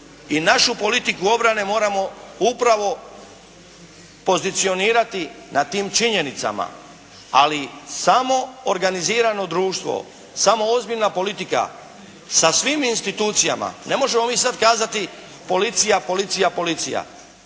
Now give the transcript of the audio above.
I našu politiku obrane moramo upravo pozicionirati na tim činjenicama. Ali samo organizirano društvo, samo ozbiljna politika sa svim institucijama, ne možemo mi sad kazati: policija, policija, policija.